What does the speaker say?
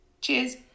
Cheers